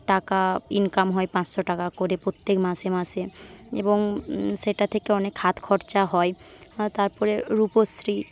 টাকা ইনকাম হয় পাঁচশো টাকা করে প্রত্যেক মাসে মাসে এবং সেটা থেকে অনেক হাতখরচা হয় তারপরে রূপশ্রী